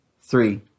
three